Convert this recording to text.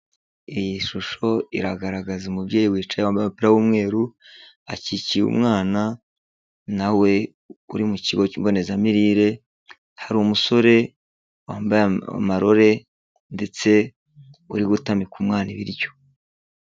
Iyi shusho iragaragaza umubyeyi wicaye wambaye umupira w'umweru, akikiye umwana na we uri mu kigo cy'imbonezamirire, hari umusore wambaye amarore ndetse uri gutamika umwana ibiryo.